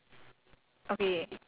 do you try icing it